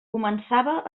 començava